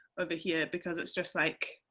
over here, because it's just like,